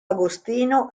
agostino